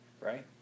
right